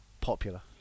popular